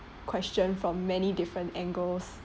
question from many different angles